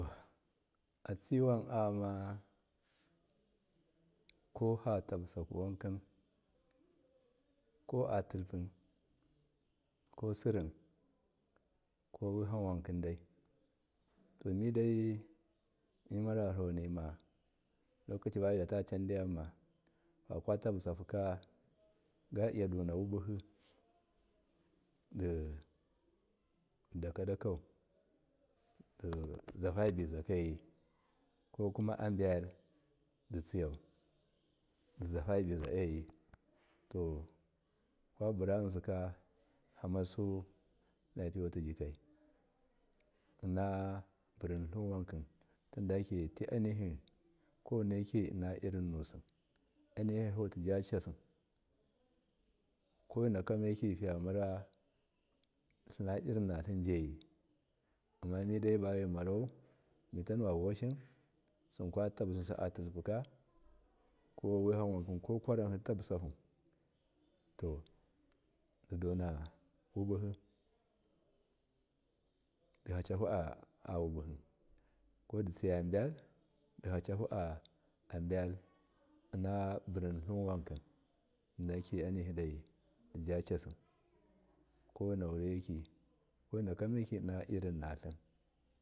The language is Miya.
Atsiwan ayama kofatabbusahu wanki koatilpu kosirim ko weham wanki dai to midai mimarya rahonima lokaci bamidafa can diyamma fakwa tabbusahuka fiyadona wubuhi didakakau diza fabizakauyi kokuma aber diyaudizafabizakaoyi to kwabura yinsika famarsu lapiyewati kaji gai inaburintlin wanki tinda yake tlanihi ko waineki innairin nusi aruhahau tijacasi ko mainakameki fiyaara tlinairinnatlin joyi amma midai bamimarau mibanu voshin simkwatabbususi atilpuka kowahan wanki ko kwaranki to didona wubuki dihacahu awubuhi ko diciyabel dihacahu abel innaburin tlin wanki kolnnine anihitija casi kowene ki.